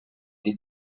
des